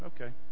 okay